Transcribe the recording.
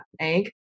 egg